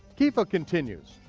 kefa continues,